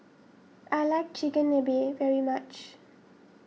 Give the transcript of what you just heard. I like Chigenabe very much